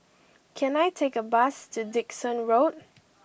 can I take a bus to Dickson Road